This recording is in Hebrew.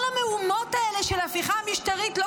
כל המהומות האלה של ההפיכה המשטרית לא